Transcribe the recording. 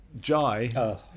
Jai